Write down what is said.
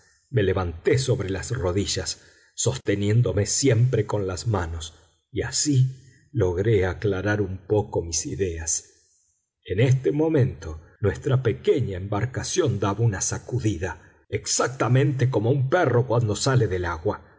me levanté sobre las rodillas sosteniéndome siempre con las manos y así logré aclarar un poco mis ideas en este momento nuestra pequeña embarcación daba una sacudida exactamente como un perro cuando sale del agua